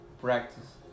practice